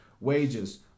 Wages